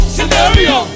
Scenario